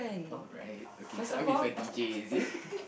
alright okay so I'm with a D_J is it